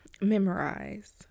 memorize